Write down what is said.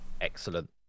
excellent